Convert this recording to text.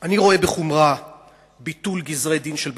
אני רואה בחומרה ביטול גזרי-דין של בתי-משפט,